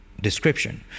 description